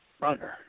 runner